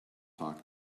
talk